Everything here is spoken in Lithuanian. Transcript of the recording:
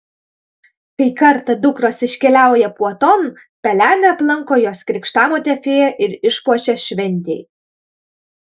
kai kartą dukros iškeliauja puoton pelenę aplanko jos krikštamotė fėja ir išpuošia šventei